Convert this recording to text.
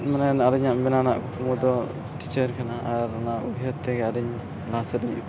ᱢᱟᱱᱮ ᱟᱹᱞᱤᱧᱟᱜ ᱵᱮᱱᱟᱣ ᱨᱮᱱᱟᱜ ᱠᱩᱠᱢᱩ ᱫᱚ ᱠᱟᱱᱟ ᱟᱨ ᱚᱱᱟ ᱩᱭᱦᱟᱹᱨ ᱛᱮᱜᱮ ᱟᱹᱞᱤᱧ ᱞᱟᱦᱟ ᱥᱮᱫᱞᱤᱧ